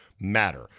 matter